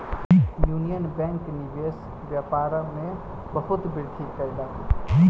union bank निवेश व्यापार में बहुत वृद्धि कयलक